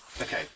Okay